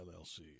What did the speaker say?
LLC